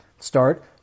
start